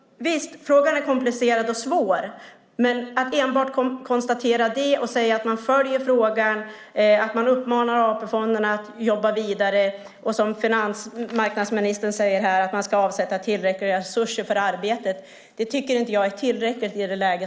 Visst är frågan komplicerad och svår. Men jag tycker inte att det är tillräckligt i det här läget att enbart konstatera det och säga att man följer frågan, att man uppmanar AP-fonderna att jobba vidare och, som finansmarknadsministern här säger, att man ska avsätta tillräckliga resurser för arbetet.